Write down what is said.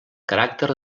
caràcter